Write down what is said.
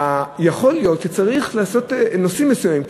יכול להיות שצריך נושאים מסוימים,